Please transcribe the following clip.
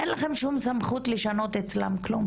אין לכן שום סמכות לשנות אצלם כלום.